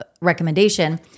recommendation